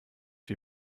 die